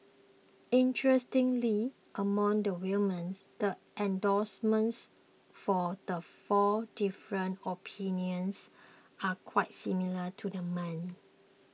interestingly among the women the endorsements for the four different opinions are quite similar to the men